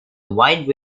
wide